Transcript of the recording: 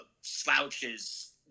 slouches